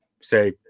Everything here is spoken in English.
say